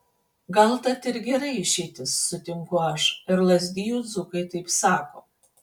gal tat ir gera išeitis sutinku aš ir lazdijų dzūkai taip sako